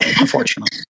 unfortunately